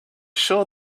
sure